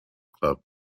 club